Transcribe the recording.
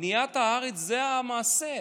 בניית הארץ זה המעשה.